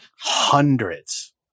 hundreds